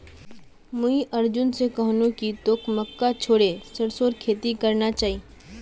मुई अर्जुन स कहनु कि तोक मक्का छोड़े सरसोर खेती करना चाइ